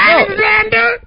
Alexander